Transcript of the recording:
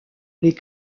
les